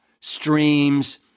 streams